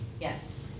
Yes